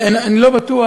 אני לא בטוח